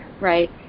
right